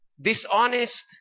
dishonest